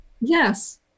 yes